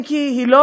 אם כי היא לא,